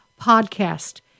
podcast